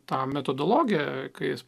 tam metodologiją kaip